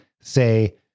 say